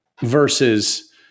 versus